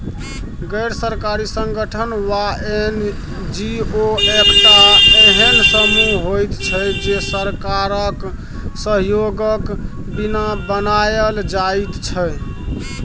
गैर सरकारी संगठन वा एन.जी.ओ एकटा एहेन समूह होइत छै जे सरकारक सहयोगक बिना बनायल जाइत छै